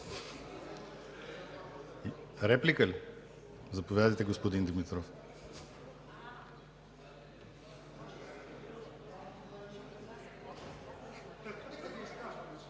Реплики? Заповядайте, господин Димитров.